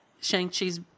Shang-Chi's